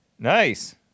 Nice